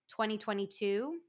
2022